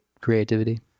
creativity